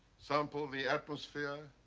sample the atmosphere,